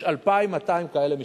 יש 2,200 כאלה,